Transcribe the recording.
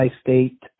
state